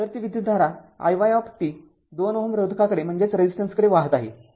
तर ती विद्युतधारा iy २ Ω रोधकाकडे वाहत आहे